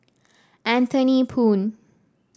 Anthony Poon